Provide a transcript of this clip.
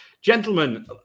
gentlemen